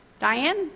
Diane